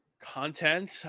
content